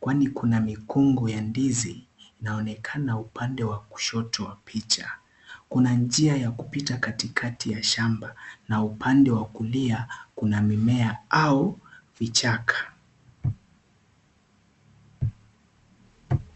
kwani kuna migongo ya ndizi inaonekana upande wa kushoto wa picha. Kuna njia ya kupita Kati kati ya shamba na upande wa kulia kuna mimea au vichaka.